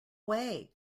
way